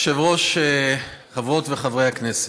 היושב-ראש, חברות וחברי הכנסת,